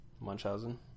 Munchausen